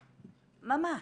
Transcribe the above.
ממש,